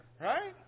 right